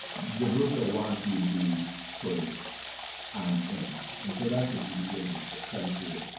die brucke ah wants you to be sort of on edge. and so that's what you begin to sense here.